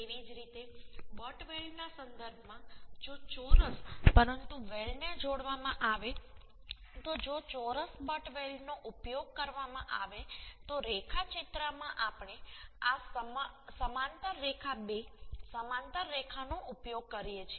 તેવી જ રીતે બટ વેલ્ડ ના સંદર્ભમાં જો ચોરસ પરંતુ વેલ્ડને જોડવામાં આવે તો જો ચોરસ બટ વેલ્ડ નો ઉપયોગ કરવામાં આવે તો રેખાચિત્રમાં આપણે આ સમાંતર રેખા 2 સમાંતર રેખાનો ઉપયોગ કરીએ છીએ